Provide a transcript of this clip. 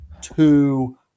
two